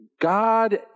God